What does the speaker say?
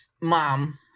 mom